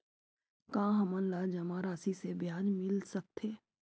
का हमन ला जमा राशि से ब्याज मिल सकथे?